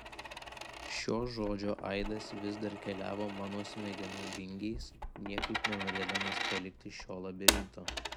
šio žodžio aidas vis dar keliavo mano smegenų vingiais niekaip nenorėdamas palikti šio labirinto